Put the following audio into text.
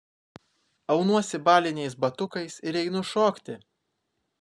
aunuosi baliniais batukais ir einu šokti